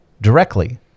directly